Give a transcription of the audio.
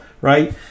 right